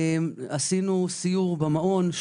עשינו סיור במעון,